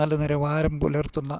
നല്ല നിലവാരം പുലർത്തുന്ന